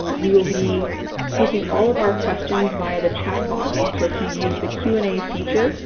we will be taking all of our questions via the chat box and so, if you use the q and a feature,